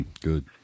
Good